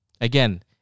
again